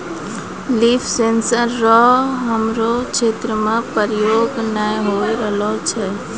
लिफ sensor रो हमरो क्षेत्र मे प्रयोग नै होए रहलो छै